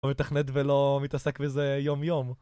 לא מתכנת ולא מתעסק בזה יום יום